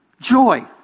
Joy